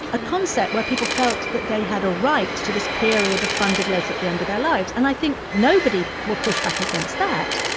a concept where people felt that they had a right to this period of funded leisure at the end of their lives. and i think nobody will push back against that.